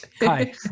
Hi